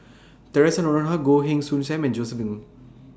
Theresa Noronha Goh Heng Soon SAM and Josef Ng